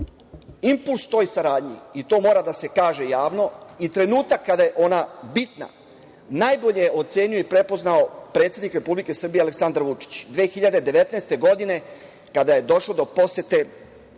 Impuls toj saradnji, to mora da se kaže javno, i trenutak kada je ona bitna najbolje je ocenio i prepoznao predsednik Republike Srbije Aleksandar Vučić 2019. godine kada je došlo do posete